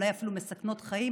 אולי אפילו מסכנות חיים,